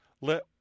Let